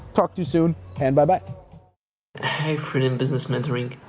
talk to you soon, and bye-bye. hey, freedom business mentoring.